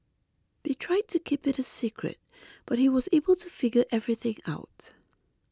they tried to keep it a secret but he was able to figure everything out